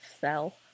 fell